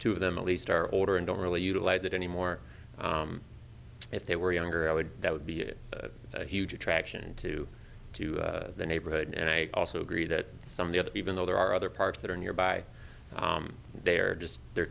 two of them at least are older and don't really utilize it anymore if they were younger i would that would be a huge attraction to to the neighborhood and i also agree that some of the other even though there are other parks that are nearby they are just they're